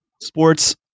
sports